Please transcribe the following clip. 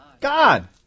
God